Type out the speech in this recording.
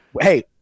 hey